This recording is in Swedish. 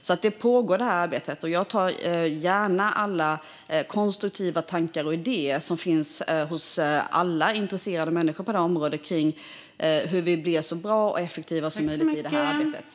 Arbetet pågår alltså, och jag tar gärna del av konstruktiva tankar och idéer från alla intresserade människor på det här området om hur vi blir så bra och effektiva som möjligt i detta arbete.